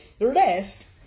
Rest